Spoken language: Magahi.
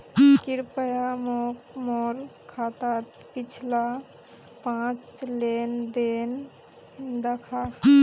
कृप्या मोक मोर खातात पिछला पाँच लेन देन दखा